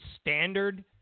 standard